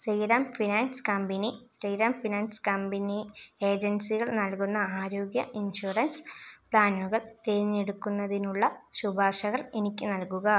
Sriram finance company Shriram finance company ഏജൻസികൾ നൽകുന്ന ആരോഗ്യ ഇൻഷുറൻസ് പ്ലാനുകൾ തിരഞ്ഞെടുക്കുന്നതിനുള്ള ശുപാർശകൾ എനിക്ക് നൽകുക